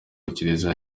kiliziya